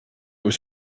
was